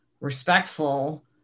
respectful